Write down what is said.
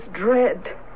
dread